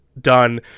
done